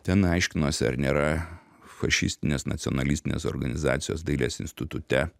ten aiškinosi ar nėra fašistinės nacionalistinės organizacijos dailės institute